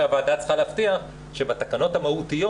מה שהוועדה צריכה להציע זה שבתקנות המהותיות